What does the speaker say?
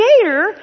creator